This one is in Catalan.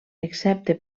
excepte